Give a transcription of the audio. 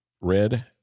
red